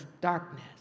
darkness